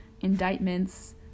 indictments